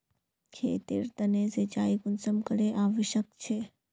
खेतेर तने सिंचाई कुंसम करे आवश्यक छै?